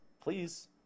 please